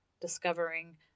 discovering